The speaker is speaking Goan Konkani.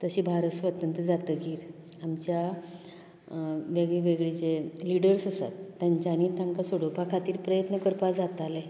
तशें भारत स्वतंत्र जातकीर आमच्या वेगळें वेगळें जे लिडर्स आसात तांच्यानी तांका सोडोवपा खातीर प्रयत्न करपाक जाताले